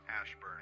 Ashburn